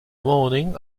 morning